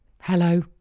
Hello